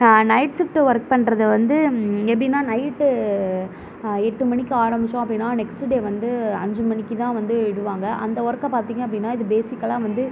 night shift work பண்றது வந்து எப்படினா நைட்டு எட்டு மணிக்கு ஆரம்மிச்சோம் அப்படினா நெக்ஸ்டு டே வந்து அஞ்சு மணிக்குதான் வந்து விடுவாங்க அந்த ஒர்க்கை பார்த்திங்க அப்படினா இது பேஸிக்கலாக வந்து